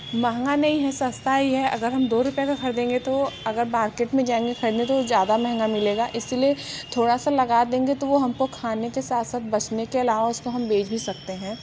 महंगा नहीं है सस्ता ही है अगर हम दो रुपये का ख़रीदेंगे तो अगर मार्केट में जाएंगे ख़रीदने तो ज़्यादा महंगा मिलेगा इसी लिए थोड़ा सा लगा देंगे तो वो हम को खाने के साथ साथ बचने के अलावा उसको हम बेच भी सकते हैं